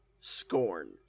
scorn